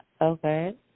Okay